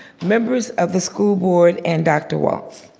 members of the school board and dr. walts.